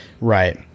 Right